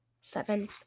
seven